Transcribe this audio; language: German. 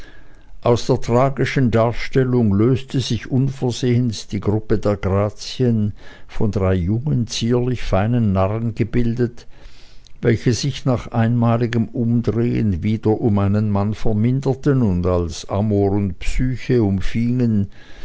aus der tragischen darstellung löste sich unversehens die gruppe der grazien von drei jungen zierlich feinen narren gebildet welche sich nach einmaligem umdrehen wieder um einen mann verminderten und als amor und psyche